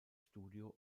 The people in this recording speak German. studio